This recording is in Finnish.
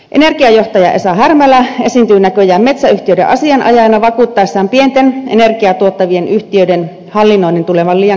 energiajohtaja esa härmälä esiintyy näköjään metsäyhtiöiden asianajajana vakuuttaessaan pienten energiaa tuottavien yhtiöiden hallinnoinnin tulevan liian kalliiksi